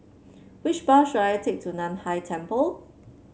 which bus should I take to Nan Hai Temple